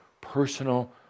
personal